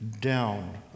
down